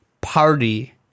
party